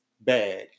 bag